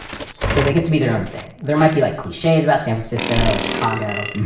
so they get to be their own thing. there might be like cliches about san francisco or chicago,